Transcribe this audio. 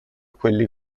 quelli